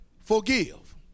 Forgive